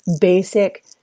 basic